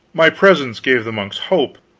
my presence gave the monks hope,